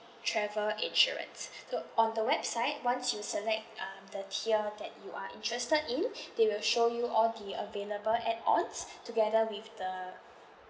travel insurance so on the website once you select um the tier that you are interested in they will show you all the available add ons together with the